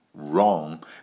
wrong